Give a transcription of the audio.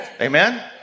Amen